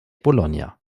bologna